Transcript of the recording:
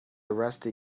rusty